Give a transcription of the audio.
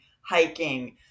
hiking